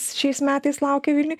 šiais metais laukia vilniuj